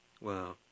Wow